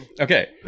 okay